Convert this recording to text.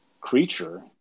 creature